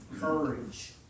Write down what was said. Courage